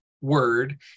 Word